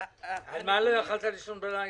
למה לא יכולת לישון בלילה?